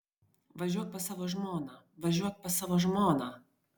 važiuok pas savo žmoną važiuok pas savo žmoną